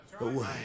away